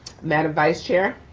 madam vice chair.